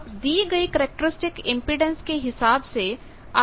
अब दी गई कैरेक्टरिस्टिक इम्पीडेन्स के हिसाब से आप यह कर सकते हैं